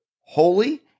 holy